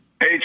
Hey